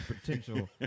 potential